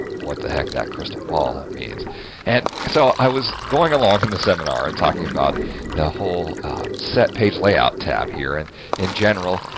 what the heck that crystal ball means and so i was going along in the seminar and talking about the whole set page layout tab here and in general.